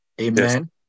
Amen